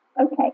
Okay